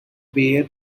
bare